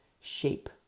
shape